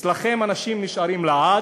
אצלכם אנשים נשארים לעד,